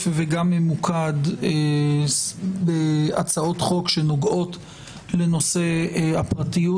וממוקד בהצעות חוק שנוגעות לנושא הפרטיות.